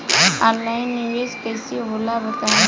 Online निवेस कइसे होला बताईं?